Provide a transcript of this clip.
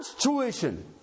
tuition